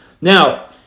Now